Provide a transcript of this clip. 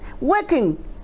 working